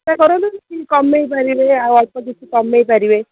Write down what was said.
ଚେଷ୍ଟା କରନ୍ତୁ କମାଇ ପାରିବେ ଆଉ ଅଳ୍ପ କିଛି କମାଇ ପାରିବେ